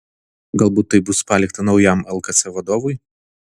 galbūt tai bus palikta naujam lkc vadovui